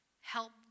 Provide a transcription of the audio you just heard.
help